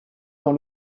dans